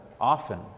often